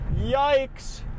Yikes